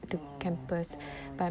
oh oh